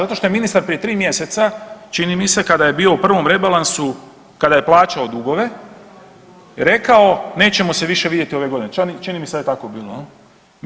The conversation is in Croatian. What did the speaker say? Zato što je ministar prije 3 mjeseca čini mi se kada je bio u prvom rebalansu, kada je plaćao dugove, rekao nećemo se više vidjeti ove godine, čini mi se da je tako bilo, jel.